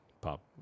Pop